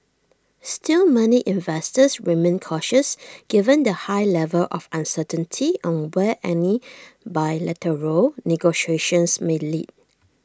still many investors remained cautious given the high level of uncertainty on where any bilateral negotiations may lead